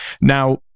now